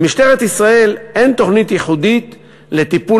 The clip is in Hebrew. למשטרת ישראל אין תוכנית ייחודית לטיפול